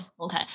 Okay